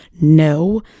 No